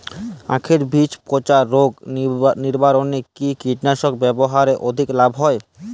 আঁখের বীজ পচা রোগ নিবারণে কি কীটনাশক ব্যবহারে অধিক লাভ হয়?